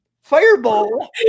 fireball